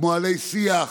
כמו עלי שיח,